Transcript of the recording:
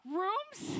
rooms